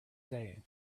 saying